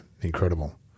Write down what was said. incredible